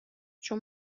چون